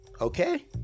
okay